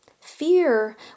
Fear